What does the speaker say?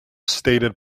stated